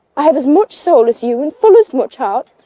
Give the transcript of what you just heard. i have as much soul as you, and full as much heart,